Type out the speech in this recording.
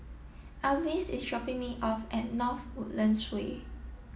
Alvis is dropping me off at North Woodlands Way